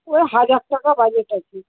ওই হাজার টাকা বাজেট আর কি